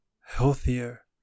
healthier